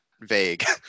vague